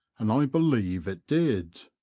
and i believe it did.